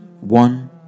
one